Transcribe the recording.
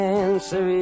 answer